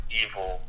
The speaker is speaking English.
evil